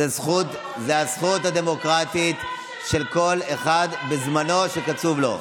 זו הזכות הדמוקרטית של כל אחד בזמנו שקצוב לו,